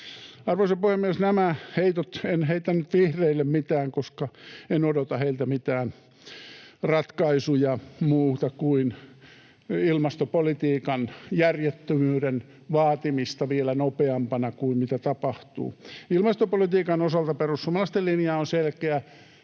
Arvoisa puhemies! Nämä heitot — en heittänyt vihreille mitään, koska en odota heiltä mitään muita ratkaisuja kuin ilmastopolitiikan järjettömyyden vaatimista vielä nopeampana kuin mitä tapahtuu. Ilmastopolitiikan osalta perussuomalaisten linja on selkeä.